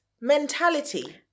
mentality